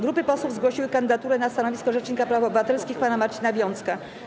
Grupy posłów zgłosiły kandydaturę na stanowisko rzecznika praw obywatelskich pana Marcina Wiącka.